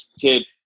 kid